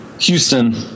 Houston